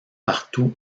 partout